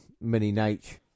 mini-nature